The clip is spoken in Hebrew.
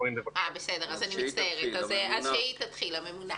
אז נתחיל עם ראש